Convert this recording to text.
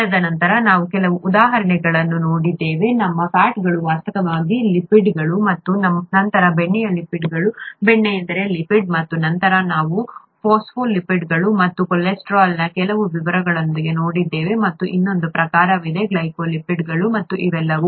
ತದನಂತರ ನಾವು ಕೆಲವು ಉದಾಹರಣೆಗಳನ್ನು ನೋಡಿದ್ದೇವೆ ನಮ್ಮ ಫ್ಯಾಟ್ಗಳು ವಾಸ್ತವವಾಗಿ ಲಿಪಿಡ್ಗಳು ಮತ್ತು ನಂತರ ಬೆಣ್ಣೆಯು ಲಿಪಿಡ್ ಎಣ್ಣೆ ಒಂದು ಲಿಪಿಡ್ ಮತ್ತು ನಂತರ ನಾವು ಫಾಸ್ಫೋಲಿಪಿಡ್ಗಳು ಮತ್ತು ಕೊಲೆಸ್ಟ್ರಾಲ್ ನ ಕೆಲವು ವಿವರಗಳನ್ನು ನೋಡಿದ್ದೇವೆ ಮತ್ತು ಇನ್ನೊಂದು ಪ್ರಕಾರವಿದೆ ಗ್ಲೈಕೋಲಿಪಿಡ್ಗಳು ಮತ್ತು ಇವೆಲ್ಲವೂ